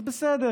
אז בסדר,